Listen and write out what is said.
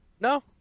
No